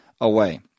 away